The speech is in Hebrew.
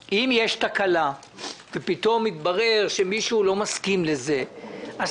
תהיה תקלה ופתאום יתברר שמישהו לא מסכים לזה אז